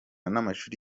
n’amashuri